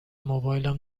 موبایلم